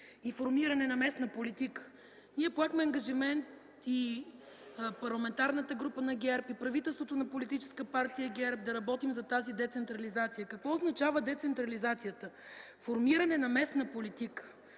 и формиране на местна политика. Ние поехме ангажимент, и Парламентарната група на ГЕРБ – и правителството на Политическа партия ГЕРБ, да работим за тази децентрализация. Какво означава децентрализацията? Формиране на местна политика.